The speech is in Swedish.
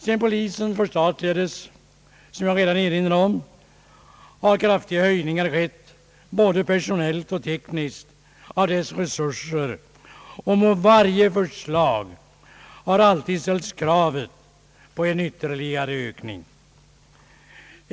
Sedan polisen förstatligades har, som jag erinrade om, kraftiga höjningar skett, både personellt och tekniskt, av dess resurser, och mot varje förslag har ställts krav på en ytterligare ökning.